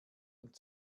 und